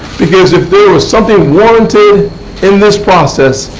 because if there was something warranted in this process,